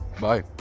Bye